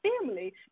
family